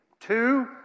Two